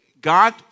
God